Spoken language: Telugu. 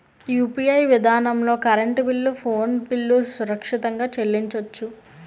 యూ.పి.ఐ విధానంలో కరెంటు బిల్లు ఫోన్ బిల్లు సురక్షితంగా చెల్లించొచ్చు